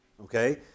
Okay